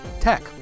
tech